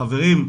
חברים,